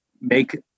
make